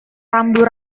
rambu